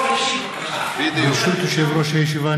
ברשות יושב-ראש הישיבה,